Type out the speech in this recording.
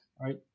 Right